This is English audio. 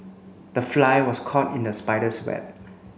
the fly was caught in the spider's web